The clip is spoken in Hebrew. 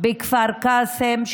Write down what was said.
בכפר קאסם,